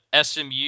SMU –